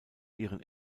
ihren